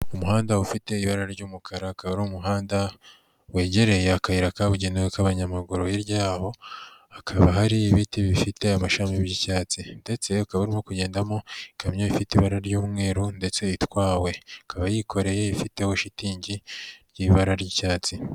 Umuhanda ufite ibara ry'umukara, akaba ari umuhanda wegereye akayira kabugenewe k'abanyamaguru, hirya yaho hakaba hari ibiti bifite amashami by'icyatsi ndetse ukaba urimo kugendamo ikamyo ifite ibara ry'umweru ndetse itwawe, ikaba yikoreye ifiteho shitingi y'ibara ry'icyatsi.